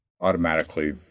automatically